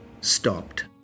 stopped